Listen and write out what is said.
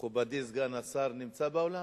מכובדי סגן השר נמצא באולם?